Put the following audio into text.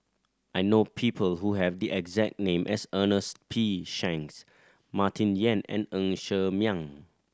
I know people who have the exact name as Ernest P Shanks Martin Yan and Ng Ser Miang